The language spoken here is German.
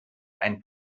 ein